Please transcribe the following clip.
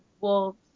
wolves